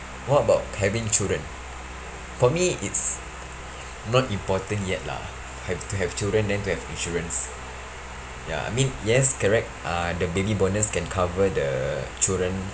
what about having children for me it's not important yet lah have to have children then to have insurance ya I mean yes correct uh the baby bonus can cover the children